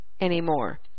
anymore